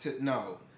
No